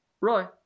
Roy